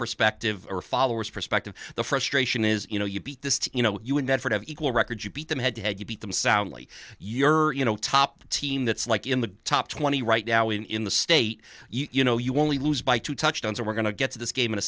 perspective or followers perspective the frustration is you know you beat this you know you would never have equal records you beat them head to head you beat them soundly your you know top team that's like in the top twenty right now in the state you know you only lose by two touchdowns and we're going to get to this game in a